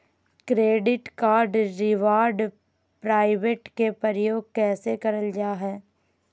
Credit card reward point के प्रयोग कैसे करल जा है?